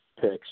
picks